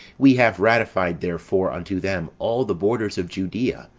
we have ratified, therefore, unto them all the borders of judea,